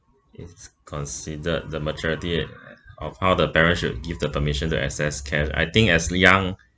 it's considered the maturity age of how the parents should give the permission to access cash I think as young